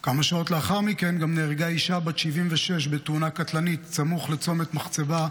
כמה שעות לאחר מכן גם נהרגה אישה בת 76 בתאונה קטלנית סמוך לצומת מחצבה,